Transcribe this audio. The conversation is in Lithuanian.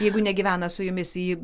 jeigu negyvena su jumis ji